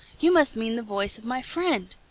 you must mean the voice of my friend.